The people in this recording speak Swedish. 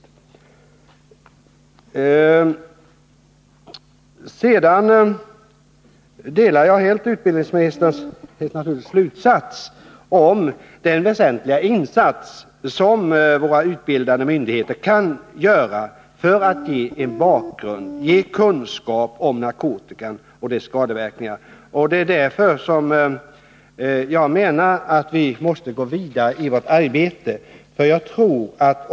Jag delar naturligtvis helt utbildningsministerns slutsats om den väsentliga insats som våra utbildande myndigheter kan göra för att ge en bakgrund och ge kunskap om narkotikan och dess skadeverkningar. Det är därför vi måste gå vidare i vårt arbete.